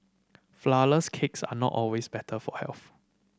flourless cakes are not always better for health